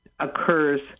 occurs